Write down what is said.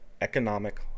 economic